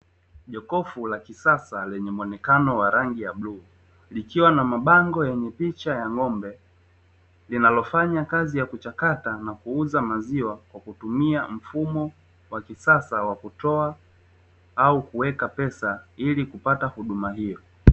Jokofu laki sasa lenye muonekano wa rangi ya bluu, likiwa na mabango yenye picha ya ng’ombe, linalofanya kazi ya kuchakata na kuuza maziwa kwa kutumia mfumo wa kisasa wa kutoa au kuweka pesa ili kupata huduma hiyo.